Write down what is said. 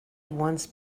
once